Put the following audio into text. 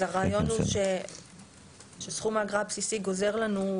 אז הרעיון הוא שסכום האגרה הבסיסי גוזר לנו.